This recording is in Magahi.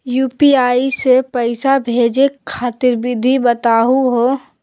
यू.पी.आई स पैसा भेजै खातिर विधि बताहु हो?